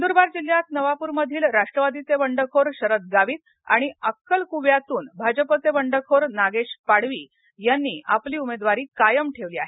नंदुरबार जिल्ह्यात नवापूर मधील राष्ट्रवादीचे बंडखोर शरद गावित आणि अक्कलकुव्यातून भाजपाचे बंडखोर नागेश पाडवी यांनी आपली उमेदवारी कायम ठेवली आहे